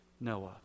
Noah